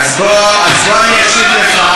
אז בוא אני אשיב לך.